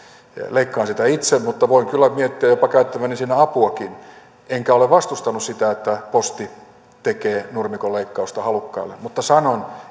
leikkaan sitä itse mutta voin kyllä miettiä jopa käyttäväni siinä apuakin enkä ole vastustanut sitä että posti tekee nurmikonleikkausta halukkaille mutta sanon